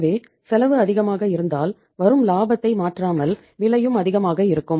எனவே செலவு அதிகமாக இருந்தால் வரும் லாபத்தை மாற்றாமல் விலையும் அதிகமாக இருக்கும்